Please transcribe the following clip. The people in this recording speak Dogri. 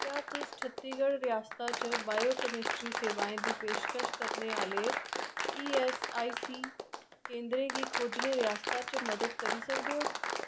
क्या तुस छत्तीगढ रियासता च बायो कैमिस्ट्री सेवाएं दी पेशकश करने आह्ले ईऐस्सआईसी केंदरें गी खोजने रियासता च मदद करी सकदे ओ